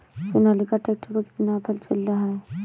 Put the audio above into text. Sonalika tractor पर कितना offer चल रहा है?